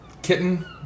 Kitten